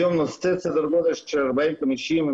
היום הוא סדר גודל של 40-50 שקלים,